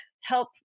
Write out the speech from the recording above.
help